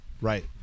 Right